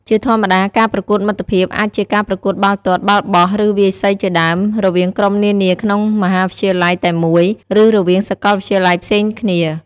ជាធម្មតា ការប្រកួតមិត្តភាពអាចជាការប្រកួតបាល់ទាត់ បាល់បោះ ឬវាយសីជាដើម រវាងក្រុមនានាក្នុងមហាវិទ្យាល័យតែមួយ ឬរវាងសាកលវិទ្យាល័យផ្សេងគ្នា។